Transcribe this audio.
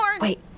Wait